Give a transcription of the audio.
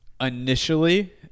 initially